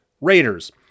Raiders